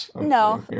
no